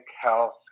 health